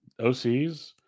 OCs